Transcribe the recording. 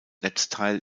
netzteil